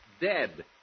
Dead